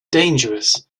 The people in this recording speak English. dangerous